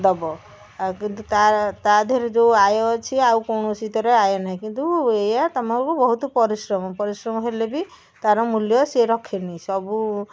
ଦେବ ଆଉ କିନ୍ତୁ ତା ତ ଧିଅରେ ଯେଉଁ ଆୟ ଅଛି ଆଉ କୌଣସି ଥିରେ ଆୟ ନାହିଁ କିନ୍ତୁ ଏଇଆ ତୁମକୁ ବହୁତ ପରିଶ୍ରମ ପରିଶ୍ରମ ହେଲେ ବି ତାର ମୂଲ୍ୟ ସେ ରଖେନି ସବୁ